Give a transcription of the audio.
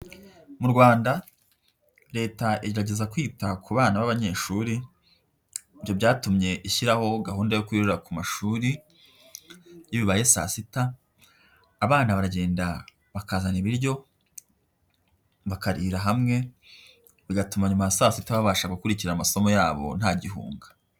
Mu Rwanda Leta igerageza kwita ku bana b'abanyeshuri ibyo byatumye ishyiraho gahunda yo kurira ku mashuri, iyo bibaye saa sita abana baragenda bakazana ibiryo bakarira hamwe bigatuma nyuma ya saa sita babasha gukurikira amasomo yabo nta gihunga.